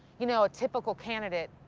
you know, a typical candidate.